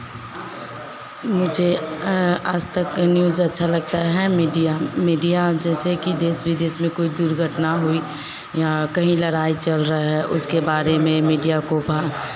मुझे आज तक न्यूज़ अच्छा लगता है मीडिया मीडिया जैसे कि देश विदेश में कोई दुर्घटना हुई या कहीं लड़ाई चल रहा है उसके बारे में मीडिया को बा